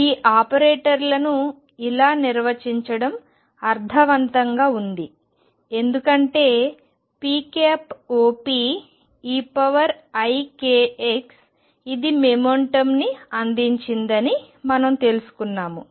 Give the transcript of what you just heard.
ఈ ఆపరేటర్లను ఇలా నిర్వచించడం అర్థవంతంగా ఉంది ఎందుకంటే pop eikx ఇది మొమెంటం ని అందించిందని మనం తెలుసుకున్నాము